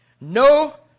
No